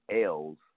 L's